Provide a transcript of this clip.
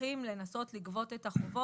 ממשיכים לנסות לגבות את החובות.